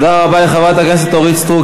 תודה רבה לחברת הכנסת אורית סטרוק.